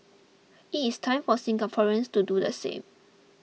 it is time for Singaporeans to do the same